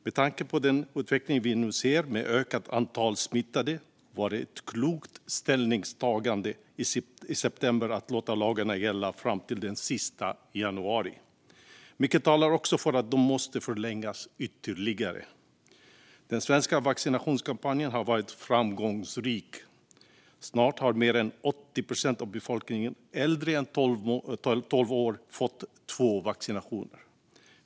Med tanke på den utveckling vi nu ser med ett ökat antal smittade var det ett klokt ställningstagande i september att låta lagarna gälla fram till den 31 januari. Mycket talar för att de måste förlängas ytterligare. Den svenska vaccinationskampanjen har varit framgångsrik. Snart har mer än 80 procent av befolkningen äldre än tolv år fått två vaccinationer.